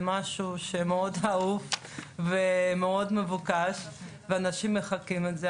משהו שמאוד אהוב ומאוד מבוקש ואנשים מחכים לזה,